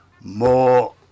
more